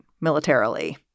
militarily